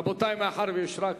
רבותי, מאחר שיש רק